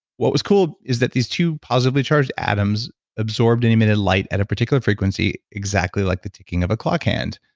what was cool is that these two positively charged atoms absorbed and admitted light at a particular frequency exactly like the ticking of a clock hand